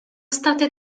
state